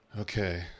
Okay